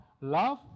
love